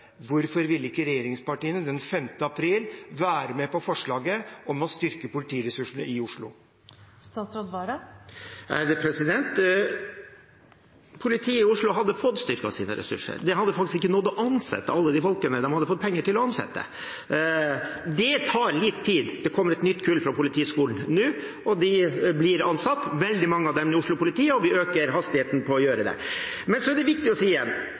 Hvorfor ville ikke regjeringspartiene den 5. april være med på forslaget om å styrke politiressursene i Oslo? Politiet i Oslo hadde fått styrket sine ressurser. De hadde faktisk ikke rukket å ansette alle de folkene de hadde fått penger til å ansette. Det tar litt tid, det kommer et nytt kull fra Politihøgskolen nå, veldig mange av dem blir ansatt i Oslo-politiet, og vi øker hastigheten på å gjøre det. Men så er det, igjen, viktig å si